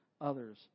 others